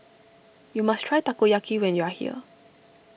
you must try Takoyaki when you are here